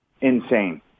Insane